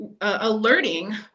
Alerting